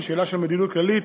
היא שאלה של מדיניות כללית,